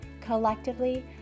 Collectively